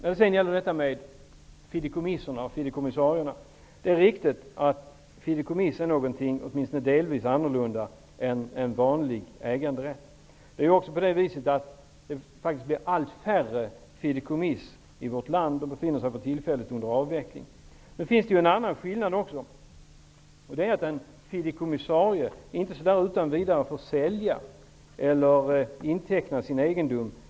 Vidare har vi frågan om fideikommiss och fideikommissarie. Det är riktigt att fideikommiss är delvis något annorlunda än vanlig äganderätt. Det blir allt färre fideikommiss i vårt land. De befinner sig för tillfället under avveckling. Det finns också en annan skillnad. En fideikommissarie får inte utan vidare sälja eller inteckna sin egendom.